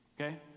okay